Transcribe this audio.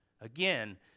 Again